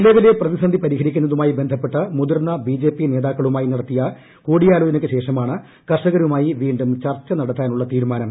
നിലവിലെ പ്രതിസന്ധി പരിഹരിക്കുന്നതുമായി ബന്ധപ്പെട്ട് മുതിർന്ന ബിജെപി നേതാക്കളുമായി നടത്തിയ കൂടിയാലോചനയ്ക്കു ശേഷമാണ് കർഷകരുമായി വീണ്ടും ചർച്ച നടത്താനുള്ള തീരുമാനം